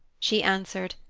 she answered,